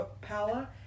power